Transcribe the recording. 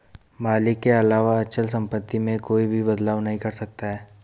मालिक के अलावा अचल सम्पत्ति में कोई भी बदलाव नहीं कर सकता है